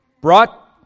brought